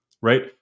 right